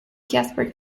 jasper